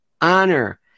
honor